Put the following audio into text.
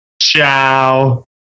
Ciao